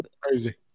crazy